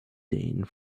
dane